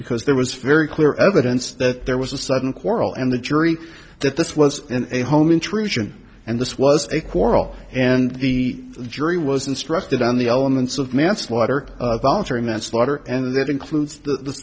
because there was very clear evidence that there was a sudden quarrel and the jury that this was a home intrusion and this was a quarrel and the jury was instructed on the elements of manslaughter voluntary manslaughter and that includes the